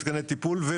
מתקני טיפול.